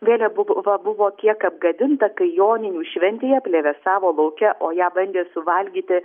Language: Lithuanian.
vėlia buva buvo kiek apgadinta kai joninių šventėje plevėsavo lauke o ją bandė suvalgyti